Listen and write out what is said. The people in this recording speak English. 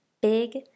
big